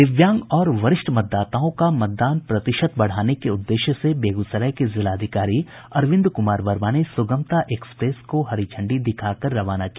दिव्यांग और वरिष्ठ मतदाताओं का मतदान प्रतिशत बढ़ाने के उद्देश्य से बेगूसराय के जिलाधिकारी अरविंद कुमार वर्मा ने सुगमता एक्सप्रेस को हरी झंडी दिखाकर रवाना किया